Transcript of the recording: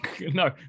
no